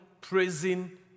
praising